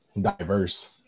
diverse